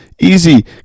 Easy